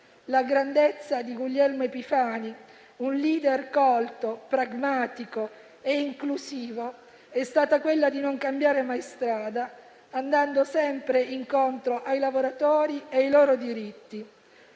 La grandezza di Guglielmo Epifani, un *leader* colto, pragmatico e inclusivo, è stata quella di non cambiare mai strada andando sempre incontro ai lavoratori e ai loro diritti.